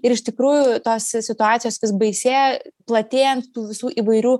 ir iš tikrųjų tos situacijos vis baisėja platėjant tų visų įvairių